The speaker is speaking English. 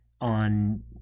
on